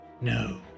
No